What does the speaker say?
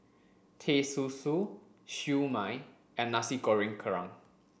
Teh Susu Siew Mai and Nasi Goreng Kerang